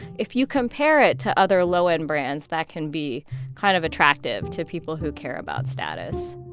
if you compare it to other low-end brands that can be kind of attractive to people who care about status